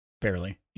Barely